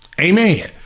Amen